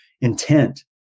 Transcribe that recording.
intent